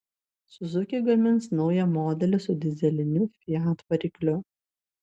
suzuki gamins naują modelį su dyzeliniu fiat varikliu